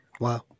Wow